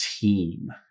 team